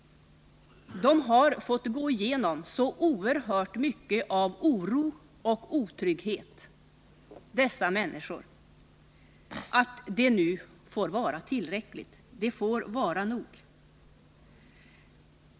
De har fått gå igenom så oerhört mycket av oro och otrygghet så nu får det vara nog.